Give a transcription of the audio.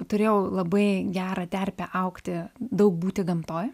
turėjau labai gerą terpę augti daug būti gamtoj